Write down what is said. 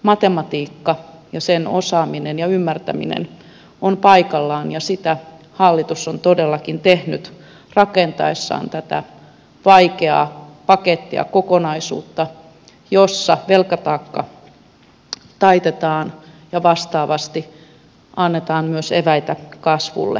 matematiikka ja sen osaaminen ja ymmärtäminen ovat paikallaan ja sitä hallitus on todellakin tehnyt rakentaessaan tätä vaikeaa pakettia kokonaisuutta jossa velkataakka taitetaan ja vastaavasti annetaan myös eväitä kasvulle